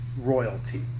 royalty